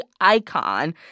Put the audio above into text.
icon –